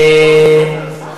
באתי בריצה.